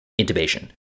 intubation